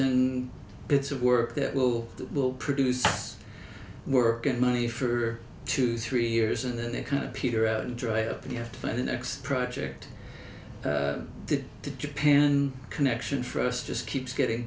and bits of work that will produce work and money for two three years and then they kind of peter out and dry up and you have to plan the next project did to japan connection for us just keeps getting